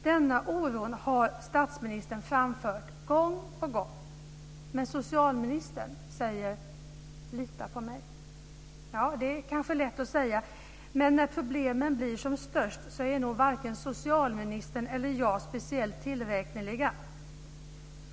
Denna oro har statsministern framfört gång på gång, men socialministern säger: Lita på mig. Det är kanske lätt att säga, men när problemen blir som störst är nog varken socialministern eller jag speciellt tillräkneliga.